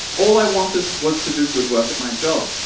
all i wanted was to do good work at my job.